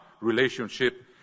relationship